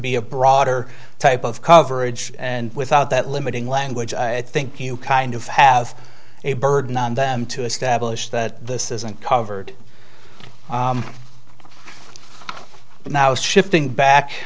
be a broader type of coverage and without that limiting language i think you kind of have a burden on them to establish that this isn't covered but now shifting back